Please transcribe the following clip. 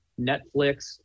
Netflix